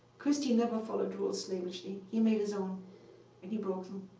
christy never followed rules slavishly. he made his own and he broke them,